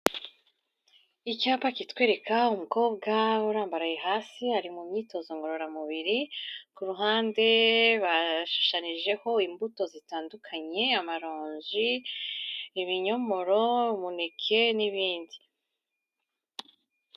Icyapa kitwereka umukobwa urambaraye hasi, ari mu myitozo ngororamubiri, ku ruhande bashushanyijeho imbuto zitandukanye, amaronji, ibinyomoro, umuneke n'ibindi.